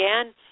again